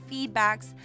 feedbacks